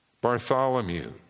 Bartholomew